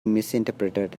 misinterpreted